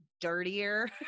dirtier